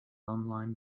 online